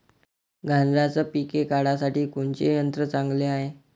गांजराचं पिके काढासाठी कोनचे यंत्र चांगले हाय?